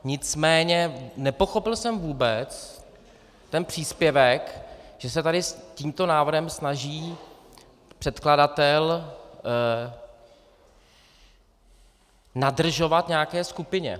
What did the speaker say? Nicméně nepochopil jsem vůbec ten příspěvek, že se tady s tímto návrhem snaží předkladatel nadržovat nějaké skupině.